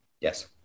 Yes